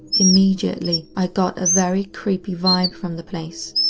immediately, i got a very creepy vibe from the place.